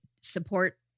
support